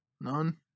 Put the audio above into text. None